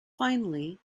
finally